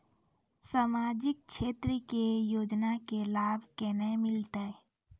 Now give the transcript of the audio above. समाजिक क्षेत्र के योजना के लाभ केना मिलतै?